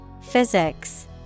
Physics